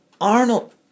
Arnold